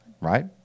right